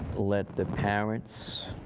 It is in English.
let the parents,